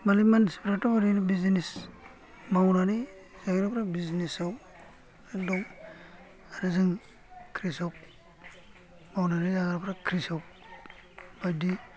माने मानसिफ्राथ' ओरैनो बिजिनेस मावनानै जाग्राफ्रा बिजिनेसआव दं आरो जों खृसक मावनानै जाग्राफ्रा खृसक बायदि